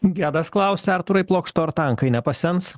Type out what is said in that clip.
gedas klausia artūrai plokšto ar tankai nepasens